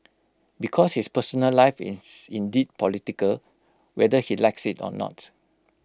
because his personal life is indeed political whether he likes IT or not